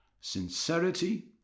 sincerity